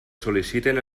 sol·liciten